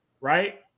right